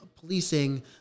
policing